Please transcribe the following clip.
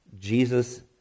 Jesus